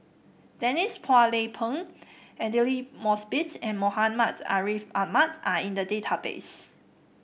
Denise Phua Lay Peng Aidli Mosbit and Muhammad Ariff Ahmad are in the database